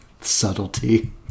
Subtlety